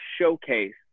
showcase